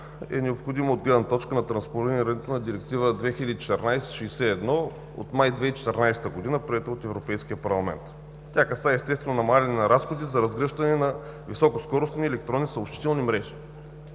е необходимо от гледна точка на транспонирането на Директива 2014/61 от месец май 2014 г., приета от Европейския парламент. Тя касае естествено намаляване на разходи за разгръщане на високоскоростни електронни съобщителни мрежи.